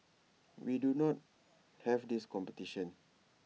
we need not have this competition